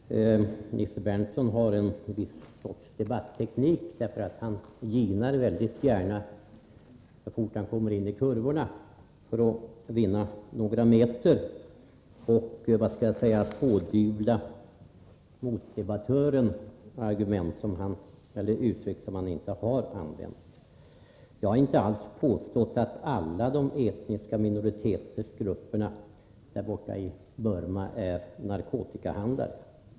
Herr talman! Nils Berndtson har en speciell debatteknik. Han ginar mycket gärna så fort han kommer in i kurvorna, för att vinna några meter. Han pådyvlar då meddebattören uttryck som vederbörande inte har använt. Jag har inte alls påstått att alla de etniska minoritetsgrupperna i Burma är narkotikahandlare.